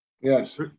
Yes